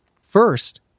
first